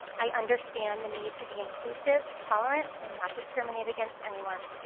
i understand the need to be inclusive, tolerant, and not discriminate against anyone.